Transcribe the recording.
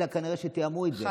אלא כנראה תיאמו את זה.